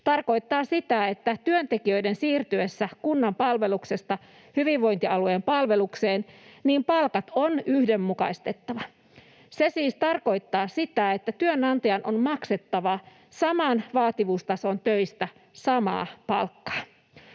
tarkoittaa sitä, että työntekijöiden siirtyessä kunnan palveluksesta hyvinvointialueen palvelukseen palkat on yhdenmukaistettava. Se siis tarkoittaa sitä, että työnantajan on maksettava saman vaativuustason töistä samaa palkkaa.